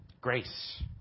grace